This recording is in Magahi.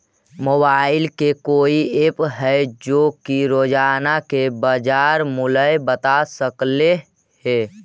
मोबाईल के कोइ एप है जो कि रोजाना के बाजार मुलय बता सकले हे?